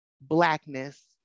Blackness